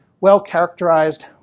well-characterized